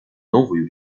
новую